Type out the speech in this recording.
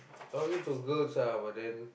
talking to girls ah but then